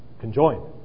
conjoined